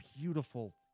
beautiful